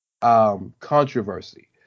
controversy